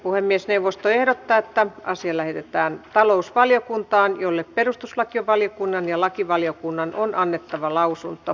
puhemiesneuvosto ehdottaa että asia lähetetään talousvaliokuntaan jolle perustuslakivaliokunnan ja lakivaliokunnan on annettava lausunto